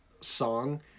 song